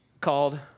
called